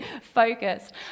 focused